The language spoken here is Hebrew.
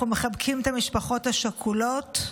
אנחנו מחבקים את המשפחות השכולות,